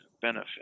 benefit